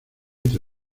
entre